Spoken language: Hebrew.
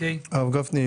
הרב גפני,